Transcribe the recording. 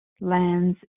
land's